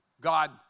God